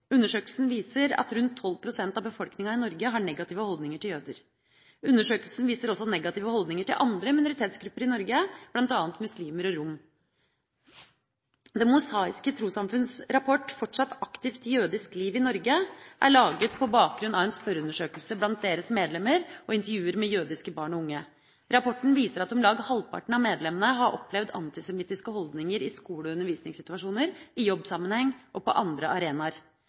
Undersøkelsen viser at rundt 12 pst. av befolkninga i Norge har negative holdninger til jøder. Undersøkelsen viser også negative holdninger til andre minoritetsgrupper i Norge, bl.a. til muslimer og rom. Det Mosaiske Trossamfunds rapport, Fortsatt aktivt jødisk liv i Norge, er laget på bakgrunn av en spørreundersøkelse blant deres medlemmer og intervjuer med jødiske barn og unge. Rapporten viser at om lag halvparten av medlemmene har opplevd antisemittiske holdninger i skole- og undervisningssituasjoner, i jobbsammenheng og på andre arenaer.